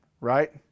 right